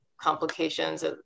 complications